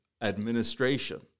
administration